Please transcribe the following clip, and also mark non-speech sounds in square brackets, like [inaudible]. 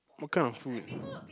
what kind of food [breath]